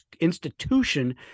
institution